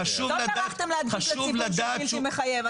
לא טרחתם להדגיש לציבור שהוא בלתי מחייב.